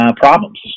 problems